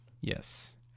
yes